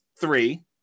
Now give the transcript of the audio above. three